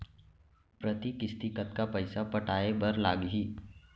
प्रति किस्ती कतका पइसा पटाये बर लागही?